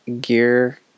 gear